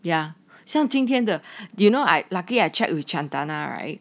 their 像今天的 do you know I lucky I checked with chantana right